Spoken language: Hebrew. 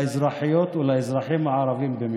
לאזרחיות ולאזרחים הערבים במיוחד.